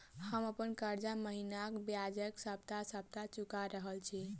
हम अप्पन कर्जा महिनाक बजाय सप्ताह सप्ताह चुका रहल छि